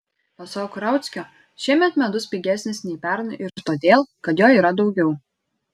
pasak rauckio šiemet medus pigesnis nei pernai ir todėl kad jo yra daugiau